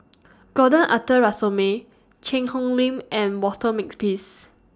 Gordon Arthur Ransome Cheang Hong Lim and Walter Makepeace